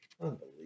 Unbelievable